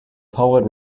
poet